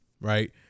Right